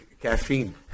caffeine